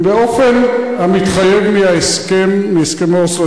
באופן המתחייב מהסכמי אוסלו,